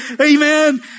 Amen